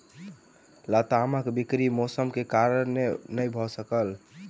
लतामक बिक्री मौसम के कारण नै भअ सकल